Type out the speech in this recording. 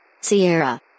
Sierra